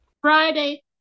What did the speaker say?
Friday